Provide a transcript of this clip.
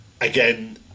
Again